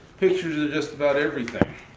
pictures of just about everything.